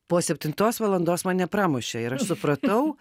po septintos valandos mane pramušė ir aš supratau